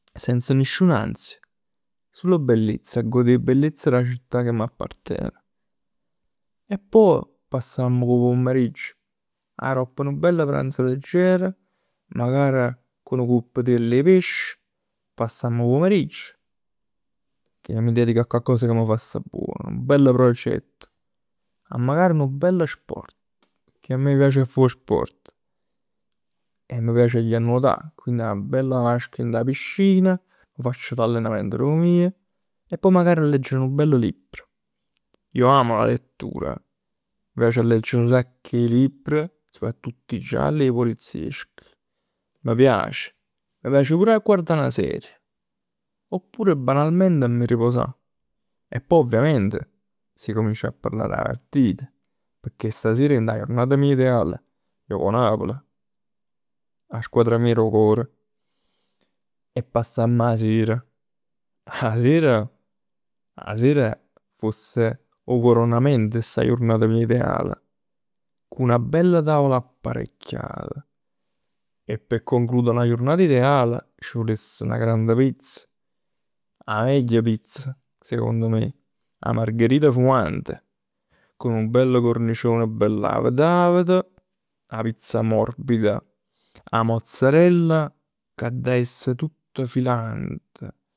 Senza nisciuna ansia, sul bellezz. 'A verè 'a bellezz d' 'a città che m'appartene. 'E poj passamm 'o pomeriggio. Aropp nu bello pranzo legger. Magari cu nu cupptiell 'e pesc, passamm 'o pomeriggio, che mi dedico a coccos ca m' fa sta buon. Nu bell progetto. Magari nu bello sport. Pecchè a me m' piace a fa 'o sport e m' piace a ji a nuotà. Quindi 'na bella vasca dint 'a piscina, m' faccio nu bell allentamento d' 'o mij. E pò magari a m' leggere nu bello libro. Io amo la lettura. M' piace a leggere nu sacc 'e libr. Soprattutto 'e gialli e 'e polizieschi. M' piace. M' piace pur 'a guardà 'na serie. Oppure banalmente 'a m'arriposà. E poj ovviamente s'accummenc 'a parlà d' 'a partita. Pecchè 'a sera dint 'a jurnata mij ideale joca 'o Napl. 'A squadra mia d' 'o core. E passamm 'a sera. 'A sera. 'A sera fosse 'o coronamento 'e sta jurnata mia ideale. Cu 'na bella tavola apparecchiata. E p' conclude 'na jurnata ideale c' vuless 'na grande pizza. 'A meglio pizza secondo me. 'A margherita fumante. Cu nu bell cornicione, bell avet avet. 'A pizza morbida. 'A mozzarella che adda essere tutt filante.